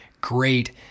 great